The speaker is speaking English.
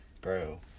Bro